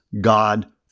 God